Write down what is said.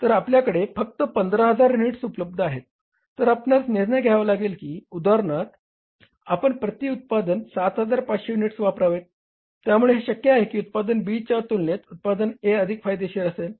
तर आपल्याकडे फक्त 15000 युनिट्स उपलब्ध आहेत तर आपणास निर्णय घ्यावा लागेल की उदाहरणार्थ आपण प्रती उत्पादन 7500 युनिट्स वापरावेत त्यामुळे हे शक्य आहे की उत्पादन B च्या तुलनेत उत्पादन A अधिक फायदेशीर असेल